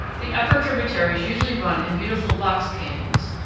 the upper tributaries usually run in beautiful box canyons.